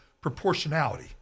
proportionality